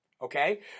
okay